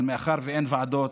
אבל מאחר שאין ועדות,